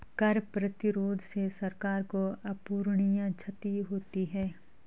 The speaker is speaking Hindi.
कर प्रतिरोध से सरकार को अपूरणीय क्षति होती है